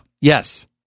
yes